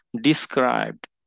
described